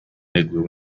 igloo